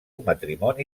matrimoni